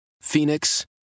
Phoenix